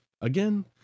Again